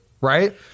right